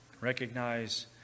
Recognize